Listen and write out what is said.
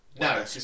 No